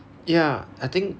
ya I think